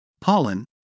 pollen